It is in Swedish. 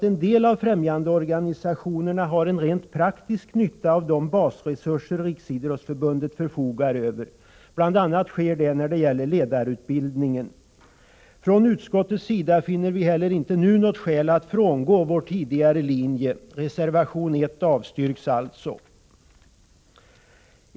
En del av främjandeorganisationerna har en rent praktisk nytta av de basresurser Riksidrottsförbundet förfogar över. Bl. a. sker det när det gäller ledarutbildningen. Utskottet finner inte heller nu något skäl att frångå sin tidigare linje. Reservation 1 avstyrks alltså.